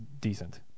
decent